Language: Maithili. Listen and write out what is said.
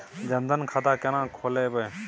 जनधन खाता केना खोलेबे?